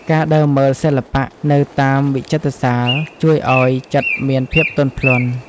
ការដើរមើលសិល្បៈនៅតាមវិចិត្រសាល ជួយឱ្យចិត្តមានភាពទន់ភ្លន់។